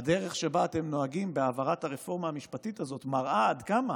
הדרך שבה אתם נוהגים בהעברת הרפורמה המשפטית הזאת מראה עד כמה